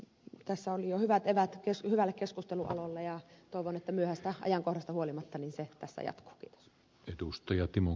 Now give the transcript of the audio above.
tässä oli jo hyvät eväät hyvälle keskustelun alulle ja toivon että myöhäisestä ajankohdasta huolimatta se tässä jatkuu